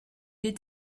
est